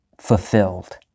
fulfilled